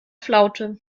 flaute